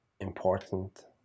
important